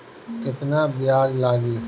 केतना ब्याज लागी?